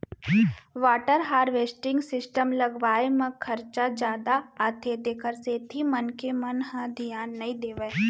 water harvesting system लगवाए म खरचा जादा आथे तेखर सेती मनखे मन ह धियान नइ देवय